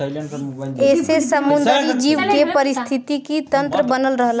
एसे समुंदरी जीव के पारिस्थितिकी तन्त्र बनल रहला